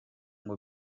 ngo